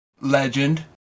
Legend